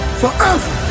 forever